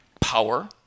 power